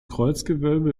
kreuzgewölbe